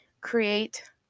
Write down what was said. Create